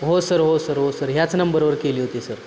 हो सर हो सर हो सर ह्याच नंबरवर केली होती सर